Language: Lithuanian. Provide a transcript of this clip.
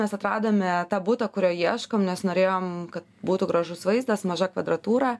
mes atradome tą butą kurio ieškom nes norėjom kad būtų gražus vaizdas maža kvadratūra